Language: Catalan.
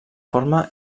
forma